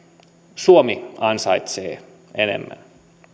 suomi ansaitsee enemmän